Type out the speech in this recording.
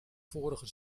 vorige